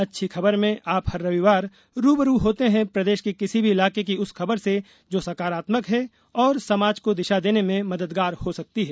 अच्छी खबर में आप हर रविवार रू ब रू होते हैं प्रदेश के किसी भी इलाके की उस खबर से जो सकारात्मक है और समाज को दिशा देने में मददगार हो सकती है